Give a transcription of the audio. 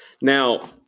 Now